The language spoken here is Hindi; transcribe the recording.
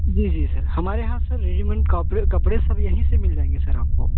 जी जी सर हमारे यहाँ सर रेडिमेड कपड़े कपड़े सब यहीं से मिल जाएँगे सर आपको